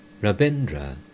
Rabindra